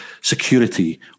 security